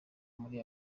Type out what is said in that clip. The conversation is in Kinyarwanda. muri